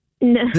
No